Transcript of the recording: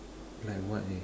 like what eh